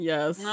Yes